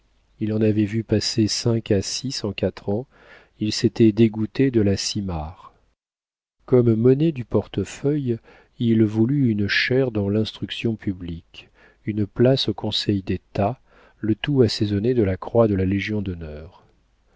il en avait vu passer cinq ou six en quatre ans il s'était dégoûté de la simarre comme monnaie du portefeuille il voulut une chaire dans l'instruction publique une place au conseil d'état le tout assaisonné de la croix de la légion-d'honneur du